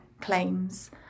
claims